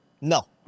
No